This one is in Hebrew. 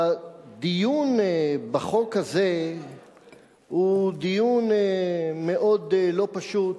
הדיון בחוק הזה הוא דיון מאוד לא פשוט,